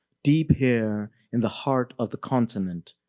deep here in the heart of the continent,